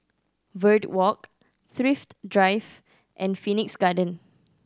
Verde Walk Thrift Drive and Phoenix Garden